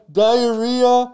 diarrhea